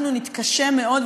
אנחנו נתקשה מאוד,